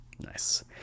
nice